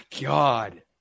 God